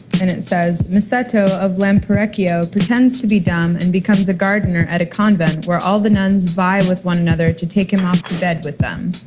and it says, misato of l'empereur akio pretends to be dumb, and becomes a gardener at a convent where all the nuns vie with one another to take him off to bed with them.